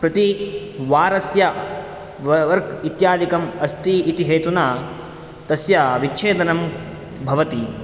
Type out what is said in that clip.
प्रति वारस्य व वर्क् इत्यादिकम् अस्ति इति हेतुना तस्य विच्छेदनं भवति